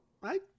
Right